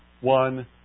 One